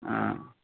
অঁ